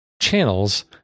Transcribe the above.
channels